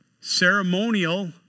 ceremonial